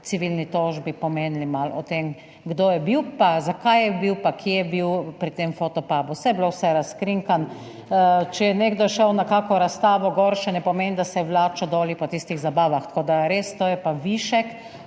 civilni tožbi pomenili malo o tem, kdo je bil pa zakaj je bil pa kje je bil pri tem Fotopubu. Saj je bilo vse razkrinkano. Če je nekdo šel na kakšno razstavo gor, še ne pomeni, da se je vlačil doli po tistih zabavah, tako da res, to je pa višek.